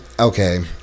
okay